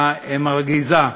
המרגיזה.